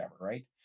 right